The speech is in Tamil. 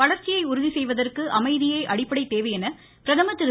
வளர்ச்சியை உறுதி செய்வதற்கு அமைதியே அடிப்படைத் தேவை என்று பிரதமர் திரு